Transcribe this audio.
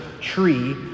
tree